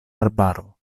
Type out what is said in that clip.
arbaro